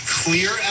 clear